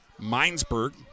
Minesburg